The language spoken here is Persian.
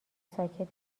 ساکت